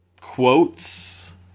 quotes